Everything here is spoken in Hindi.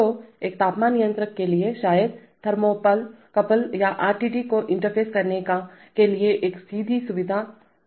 तो एक तापमान नियंत्रक के लिए शायद थर्मोकपल या आरटीडी को इंटरफ़ेस करने के लिए एक सीधी सुविधा होगी